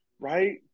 Right